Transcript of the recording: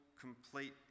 complete